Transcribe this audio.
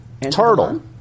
Turtle